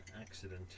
accident